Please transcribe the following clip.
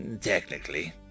Technically